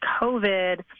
COVID